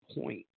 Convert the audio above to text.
point